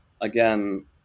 again